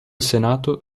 senato